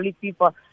people